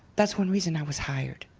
that's one reason i was hired.